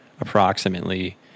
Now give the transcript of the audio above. approximately